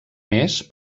més